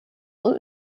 und